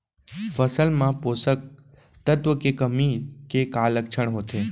फसल मा पोसक तत्व के कमी के का लक्षण होथे?